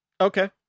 Okay